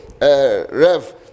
Rev